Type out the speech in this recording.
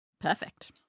Perfect